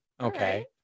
Okay